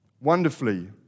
wonderfully